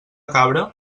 cabra